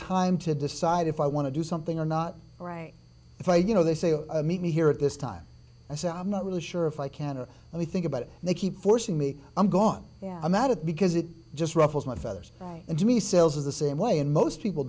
time to decide if i want to do something or not right if i you know they say oh meet me here at this time i say i'm not really sure if i can or let me think about it and they keep forcing me i'm gone i'm out of because it just ruffles my feathers and to me sales are the same way and most people